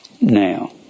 Now